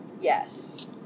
yes